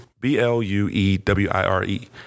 B-L-U-E-W-I-R-E